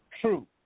True